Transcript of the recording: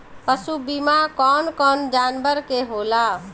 पशु बीमा कौन कौन जानवर के होला?